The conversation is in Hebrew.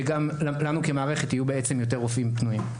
וגם לנו כמערכת יהיו יותר רופאים פנויים.